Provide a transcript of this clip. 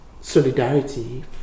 solidarity